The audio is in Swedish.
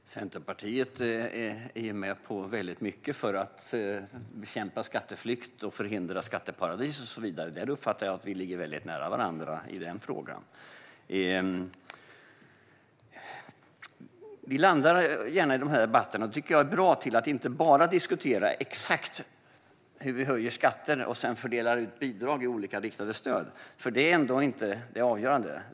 Fru talman! Centerpartiet är med på väldigt mycket för att bekämpa skatteflykt, förhindra skatteparadis och så vidare. I den frågan uppfattar jag att vi ligger väldigt nära varandra. Vi landar gärna i debatterna i att inte bara diskutera exakt hur vi höjer skatter och sedan fördelar ut bidrag i olika riktade stöd, och det tycker jag är bra. Det är ändå inte det avgörande.